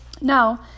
Now